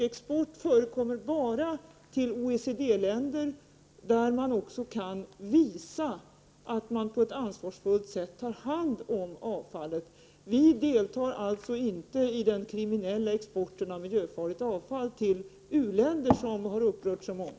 Export förekommer bara till de OECD-länder som kan visa att avfallet tas om hand på ett ansvarsfullt sätt. Vi deltar alltså inte i den kriminella export av miljöfarligt avfall till u-länderna som har upprört så många.